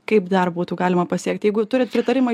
kaip dar būtų galima pasiekt jeigu turit pritarimą